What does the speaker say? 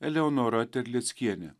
eleonora terleckienė